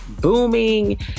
booming